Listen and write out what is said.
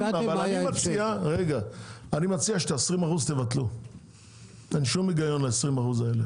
אני מציע שתבטלו את ה-20%; אין שום היגיון בזה.